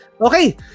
Okay